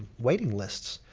waiting lists.